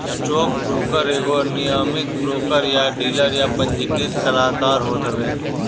stockbroker एगो नियमित broker या डीलर या पंजीकृत सलाहकार होत हवे